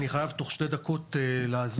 אני חייב תוך שתי דקות לעזוב.